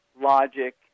logic